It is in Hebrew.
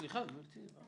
דיבור.